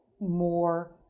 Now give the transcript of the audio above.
more